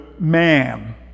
man